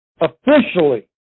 officially